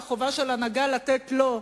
והחובה של הנהגה לתת לו,